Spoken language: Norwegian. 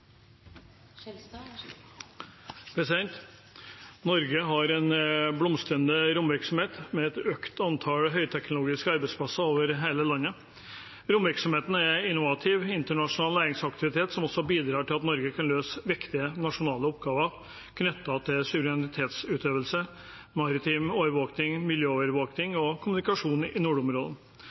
Norge har en blomstrende romvirksomhet med et økt antall høyteknologiske arbeidsplasser over hele landet. Romvirksomheten er innovativ, internasjonal næringsaktivitet som også bidrar til at Norge kan løse viktige nasjonale oppgaver knyttet til suverenitetsutøvelse, maritim overvåkning, miljøovervåkning og kommunikasjon i nordområdene.